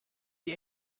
die